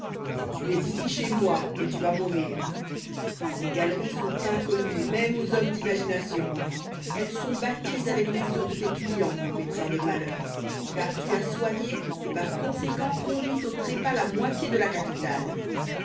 tu es ici chez moi et tu vas mourir ces galeries sont inconnues même aux hommes d'imagination elles sont bâties avec les os de tes clients médecin de malheur car tu as soigné et par conséquent conduit au trépas la moitié de la capitale